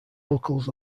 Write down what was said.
locals